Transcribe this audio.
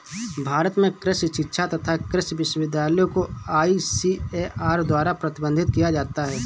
भारत में कृषि शिक्षा तथा कृषि विश्वविद्यालय को आईसीएआर द्वारा प्रबंधित किया जाता है